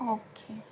okay